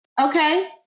Okay